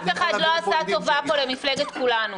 אף אחד לא עשה טובה פה למפלגת כולנו,